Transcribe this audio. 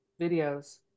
videos